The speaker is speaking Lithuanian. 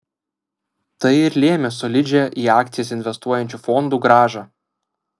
tai ir lėmė solidžią į akcijas investuojančių fondų grąžą